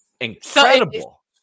incredible